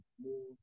more